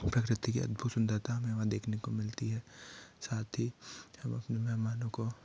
प्रकृति की अद्भुत सुंदरता हमें वहाँ देखने को मिलती है साथ ही हम अपने मेहमानों को